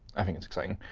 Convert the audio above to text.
i think it's exciting.